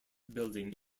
building